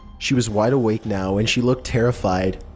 she was wide awake now. and she looked terrified.